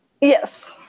Yes